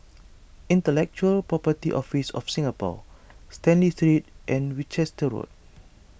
Intellectual Property Office of Singapore Stanley Street and Winchester Road